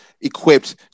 equipped